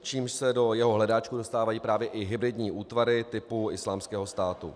Čímž se do jeho hledáčku dostávají právě i hybridní útvary typu Islámského státu.